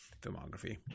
filmography